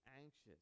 anxious